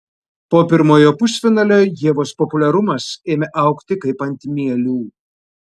po pirmojo pusfinalio ievos populiarumas ėmė augti kaip ant mielių